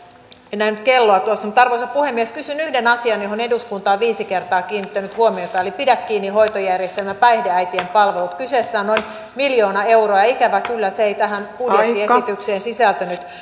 en nähnyt kelloa tuossa mutta arvoisa puhemies kysyn yhden asian johon eduskunta on viisi kertaa kiinnittänyt huomiota eli pidä kiinni hoitojärjestelmä päihdeäitien palvelut kyseessä on noin miljoona euroa ja ikävä kyllä se ei tähän budjettiesitykseen sisältynyt